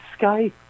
Skype